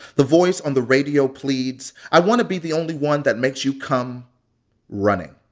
the voice on the radio pleads, i want to be the only one that makes you come running.